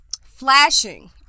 Flashing